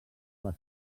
les